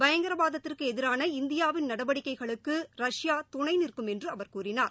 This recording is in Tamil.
பயங்கரவாதத்திற்கு எதிரான இந்தியாவின் நடவடிக்கைகளுக்கு ரஷ்யா துணை நிற்கும் என்று அவர் கூறினார்